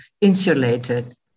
insulated